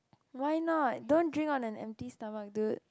why not don't drink on an empty stomach dude